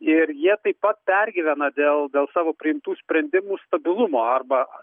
ir jie taip pat pergyvena dėl dėl savo priimtų sprendimų stabilumo arba